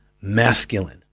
masculine